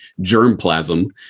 germplasm